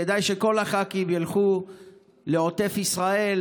כדאי שכל הח"כים ילכו לעוטף ישראל,